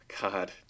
God